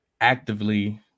actively